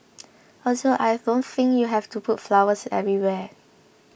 also I don't think you have to put flowers everywhere